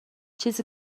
چیزی